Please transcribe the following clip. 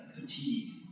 fatigue